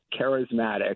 charismatic